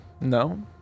No